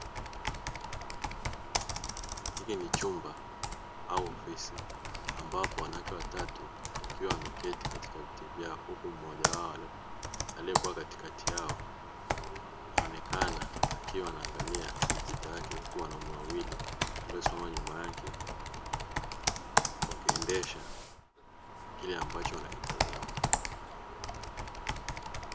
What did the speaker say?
Hiki ni chumba au ofisi ambapo wanawake watatu wakiwa wameketi katika viti vyao, huku mmoja wao aliyekuwa katikati yao anaonekana akiwa anaangalia kompyuta yake, huku wanaume wawili waliosimama nyuma yake wakiendesha kile ambacho anakitazama.